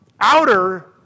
outer